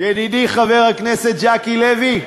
ידידי חבר הכנסת ז'קי לוי,